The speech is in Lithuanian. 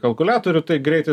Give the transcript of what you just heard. kalkuliatorių tai greitai